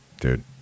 dude